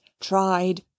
tried